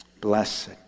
Blessed